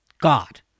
God